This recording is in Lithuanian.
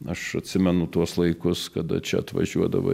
aš atsimenu tuos laikus kada čia atvažiuodavo